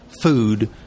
food